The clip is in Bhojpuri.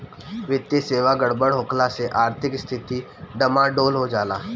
वित्तीय सेवा गड़बड़ होखला से आर्थिक स्थिती डमाडोल हो जाला